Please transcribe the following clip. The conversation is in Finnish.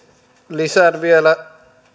lisään vielä